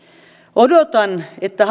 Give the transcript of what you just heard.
odotan että